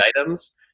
items